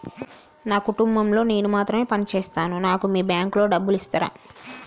నా కుటుంబం లో నేను మాత్రమే పని చేస్తాను నాకు మీ బ్యాంకు లో డబ్బులు ఇస్తరా?